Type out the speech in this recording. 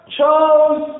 chose